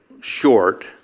short